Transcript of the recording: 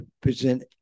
present